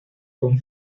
con